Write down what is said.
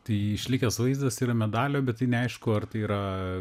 tai išlikęs vaizdas yra medalio bet tai neaišku ar tai yra